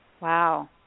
Wow